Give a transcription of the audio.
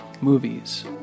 movies